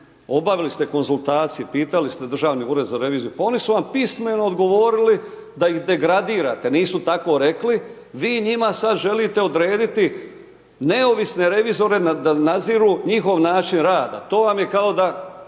obavili ste konzultacije, pitali ste Državni ured za reviziju, pa oni su vam pismeno odgovorili da ih degradirate, nisu tako rekli, vi njima sad želite odrediti neovisne revizore da nadziru njihov način rada, to vam je kao da